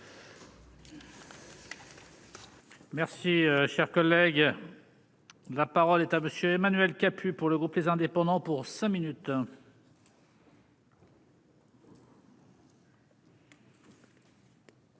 Merci, cher collègue, la parole est à monsieur Emmanuel Capus pour le groupe, les indépendants pour 5 minutes.